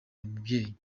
umubyeyi